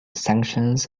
sanctions